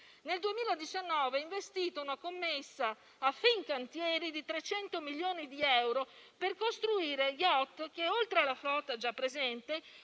nel 2019 ha investito una commessa a Fincantieri di 300 milioni di euro per costruire *yacht* che, oltre alla flotta già presente,